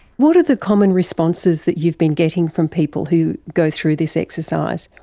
what are the common responses that you've been getting from people who go through this exercise?